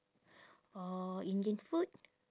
or indian food